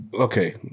okay